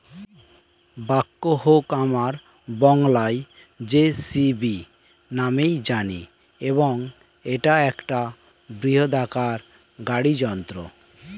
ব্যাকহোকে আমরা বংলায় জে.সি.বি নামেই জানি এবং এটা একটা বৃহদাকার গাড়ি যন্ত্র